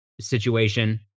situation